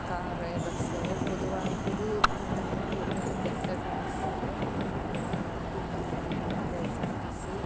car bus പൊതുവാ പൊതുവ് ജനങ്ങൾ കൂടുതലും ബസ്സ് ട്രാൻസ്പോട്ട് പിന്നെ K S R T C